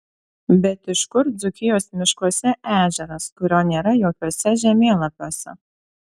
bet iš kur dzūkijos miškuose ežeras kurio nėra jokiuose žemėlapiuose